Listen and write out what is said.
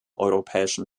europäischen